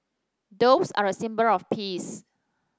doves are a symbol of peace